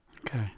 Okay